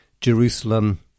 Jerusalem